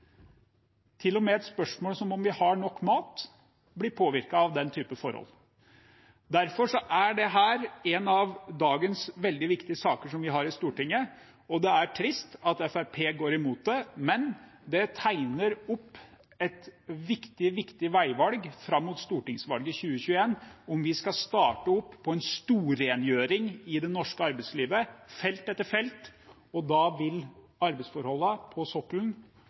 et spørsmål som om vi har nok mat, blir påvirket av den typen forhold. Derfor er dette en av dagens veldig viktige saker som vi har i Stortinget. Det er trist at Fremskrittspartiet går imot det, men det tegner opp et viktig veivalg fram mot stortingsvalget i 2021, om vi skal starte opp på en storrengjøring i det norske arbeidslivet på felt etter felt. Da vil arbeidsforholdene på sokkelen